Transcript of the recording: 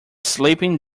sleeping